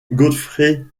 gottfried